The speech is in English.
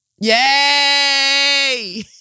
Yay